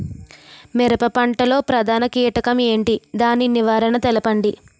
మిరప పంట లో ప్రధాన కీటకం ఏంటి? దాని నివారణ తెలపండి?